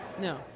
No